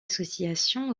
association